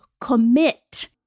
commit